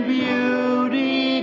beauty